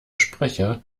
sprecher